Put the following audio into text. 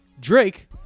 Drake